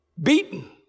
beaten